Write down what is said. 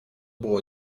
było